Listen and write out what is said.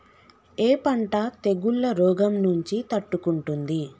ఏ పంట తెగుళ్ల రోగం నుంచి తట్టుకుంటుంది?